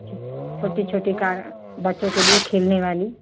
छोटी छोटी कार बच्चों के लिये खेलने वाली